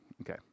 Okay